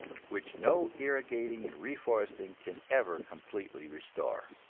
which no irrigating and reforesting can ever completely restore.